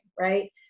right